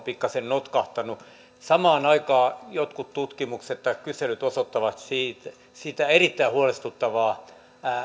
pikkasen notkahtanut samaan aikaan jotkut tutkimukset tai kyselyt osoittavat sitä erittäin huolestuttavaa